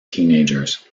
teenagers